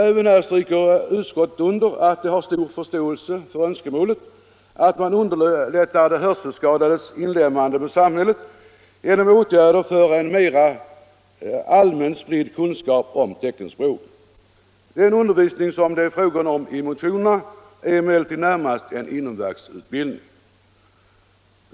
Även här stryker utskottet under att det har stor förståelse för önskemålet att man underlättar de hörselskadades inlemmande i samhället genom åtgärder för en mera allmänt spridd kunskap om teckenspråk. Den undervisning som det är fråga om i motionerna är emellertid närmast en inomverksutbildning.